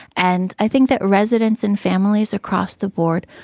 and i think that residents and families across the board,